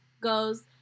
goes